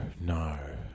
no